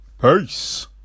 Peace